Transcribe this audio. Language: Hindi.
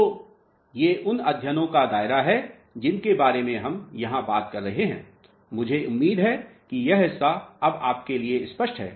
तो ये उन अध्ययनों का दायरा है जिनके बारे में हम यहाँ बात कर रहे हैं मुझे उम्मीद है कि यह हिस्सा अब आपके लिए स्पष्ट है